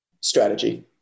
strategy